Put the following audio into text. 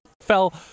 fell